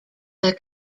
are